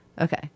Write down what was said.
Okay